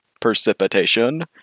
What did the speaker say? precipitation